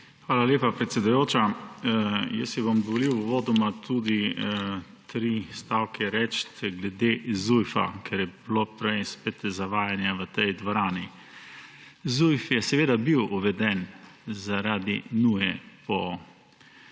Hvala lepa, predsedujoča. Dovolil si bom uvodoma tudi tri stavke reči glede Zujfa, ker je bilo prej spet zavajanje v tej dvorani. Zujf je seveda bil uveden zaradi nuje po